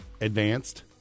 advanced